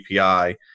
API